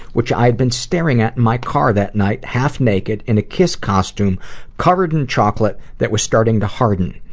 which i had been staring at in my car that night half naked in a kiss costume covered in chocolate that was starting to harden.